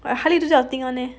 I hardly do this kind of thing [one] leh